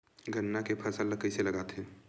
गन्ना के फसल ल कइसे लगाथे?